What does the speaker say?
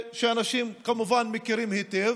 שאנשים כמובן מכירים היטב,